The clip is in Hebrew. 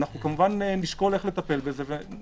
כמובן נשקול איך לטפל בזה,